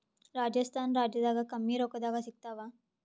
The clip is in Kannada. ರಾಜಸ್ಥಾನ ರಾಜ್ಯದಾಗ ಕಮ್ಮಿ ರೊಕ್ಕದಾಗ ಸಿಗತ್ತಾವಾ?